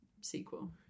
sequel